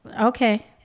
Okay